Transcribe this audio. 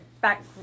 back